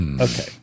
Okay